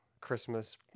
Christmas